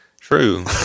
True